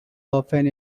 often